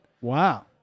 Wow